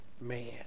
man